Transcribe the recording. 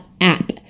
app